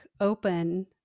open